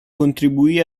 contribuì